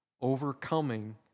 Overcoming